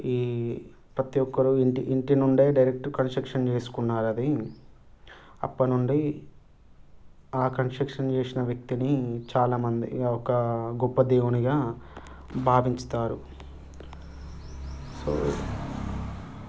ఈ ప్రతి ఒక్కరు ఇంటి ఇంటి నుండే డైరెక్ట్ కన్స్ట్రక్షన్ చేసుకున్నారది అప్పటినుండి ఆ కన్స్ట్రక్షన్ చేసిన వ్యక్తిని చాలామంది ఒక గొప్ప దేవునిగా భావించుతారు సో